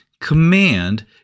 Command